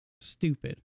stupid